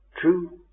true